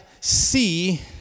see